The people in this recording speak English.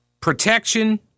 protection